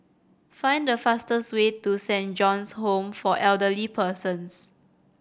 find the fastest way to Saint John's Home for Elderly Persons